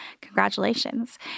Congratulations